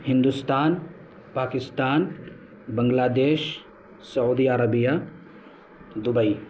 Hindustan Pakistan Bangladesh Saudi Arabia Dubai